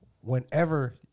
whenever